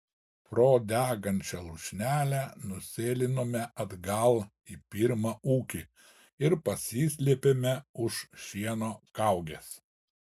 pro degančią lūšnelę nusėlinome atgal į pirmą ūkį ir pasislėpėme už šieno kaugės